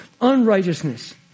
unrighteousness